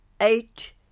eight